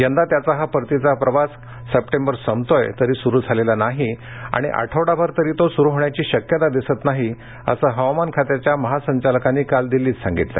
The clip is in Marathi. यंदा त्याचा हा परतीचा प्रवास सप्टेबर संपतोय तरी सुरू झालेला नाही आणि आठवडाभर तरी तो सुरू होण्याची शक्यता दिसत नाही असं हवामानखात्याच्या महासंचालकांनी काल दिल्लीत सांगितलं